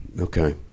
Okay